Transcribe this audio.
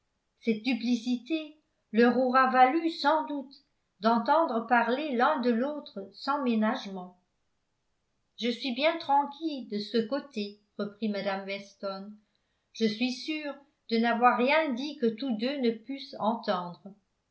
cette duplicité leur aura valu sans doute d'entendre parler l'un de l'autre sans ménagement je suis bien tranquille de ce côté reprit mme weston je suis sûre de n'avoir rien dit que tous deux ne pussent entendre